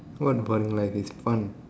what boring life is fun